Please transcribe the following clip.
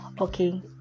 okay